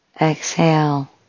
exhale